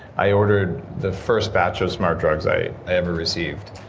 i ordered the first batch of smart drugs i ever received.